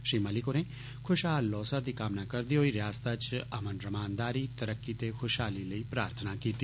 श्री मलिक होरें खुषहाल लौसर दी कामना करदे होई रियासता च अमन रमानदारी तरक्की ते खुषहाली लेई प्रार्थना कीती